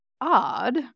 odd